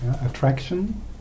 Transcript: attraction